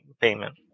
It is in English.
payment